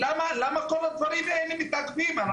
למה כל הדברים האלה מתעכבים?